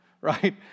right